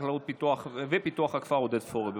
החקלאות ופיתוח הכפר עודד פורר ישיב על שתי ההצעות הללו.